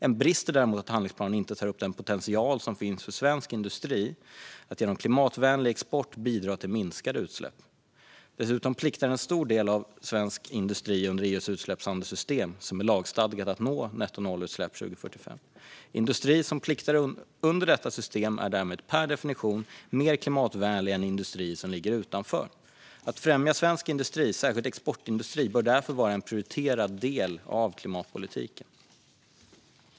En brist är däremot att handlingsplanen inte tar upp den potential som finns för svensk industri att genom klimatvänlig export bidra till minskade utsläpp. Dessutom pliktar en stor del av svensk industri under EU:s utsläppshandelssystem, som är lagstadgat att nå nettonollutsläpp 2045. Industri som pliktar under detta system är därmed per definition mer klimatvänlig än industri som ligger utanför. Att främja svensk industri, särskilt exportindustri, bör därför vara en prioriterad del av klimatpolitiken.